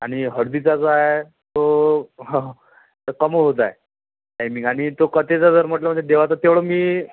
आणि हळदीचा जो आहे तो कम होत आहे टाईमिंग आणि तो कथेचं जर म्हटलं म्हणजे देवाचं तेवढं मी